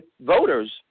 voters